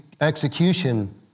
execution